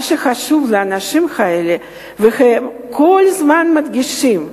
מה שחשוב לאנשים האלה, והם כל הזמן מדגישים: